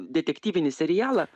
detektyvinį serialą